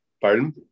Pardon